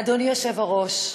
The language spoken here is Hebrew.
אדוני היושב-ראש,